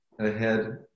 ahead